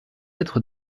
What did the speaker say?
être